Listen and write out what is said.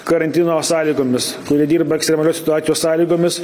karantino sąlygomis kurie dirba ekstremalios situacijos sąlygomis